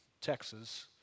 Texas